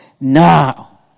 Now